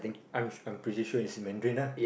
I'm I'm pretty sure it's in Mandarin ah